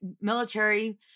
military